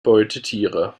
beutetiere